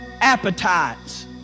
Appetites